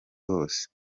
hose